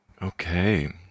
Okay